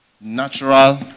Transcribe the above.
Natural